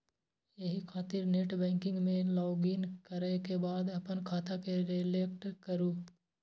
एहि खातिर नेटबैंकिग मे लॉगइन करै के बाद अपन खाता के सेलेक्ट करू